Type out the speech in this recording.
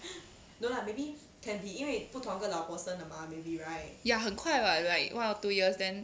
ya 很快 [what] like one or two years then